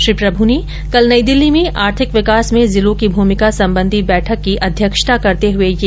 श्री प्रभू कल नई दिल्ली में आर्थिक विकास में जिलों की भूमिका संबंधी बैठक की अध्यक्षता कर रहे थे